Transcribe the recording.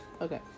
okay